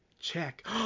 check